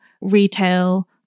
retail